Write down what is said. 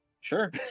Sure